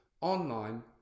online